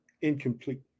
incomplete